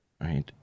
right